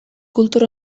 kultur